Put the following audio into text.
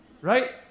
right